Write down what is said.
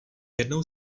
jednou